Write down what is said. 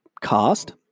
cost